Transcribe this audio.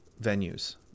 venues